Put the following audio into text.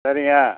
சரிங்க